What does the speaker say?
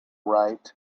right